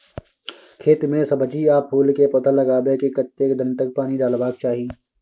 खेत मे सब्जी आ फूल के पौधा लगाबै के कतेक दिन तक पानी डालबाक चाही?